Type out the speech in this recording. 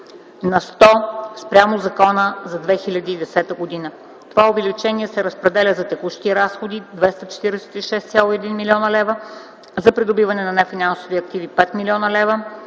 на сто спрямо закона за 2010 г. Това увеличение се разпределя: за текущи разходи – 246,1 млн. лв., за придобиване на нефинансови активи – 5 млн. лв.,